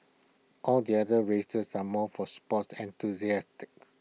all the other races are more for sports